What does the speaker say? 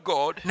God